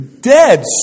dead